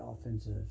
offensive